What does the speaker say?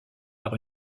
par